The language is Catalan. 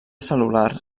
cel·lular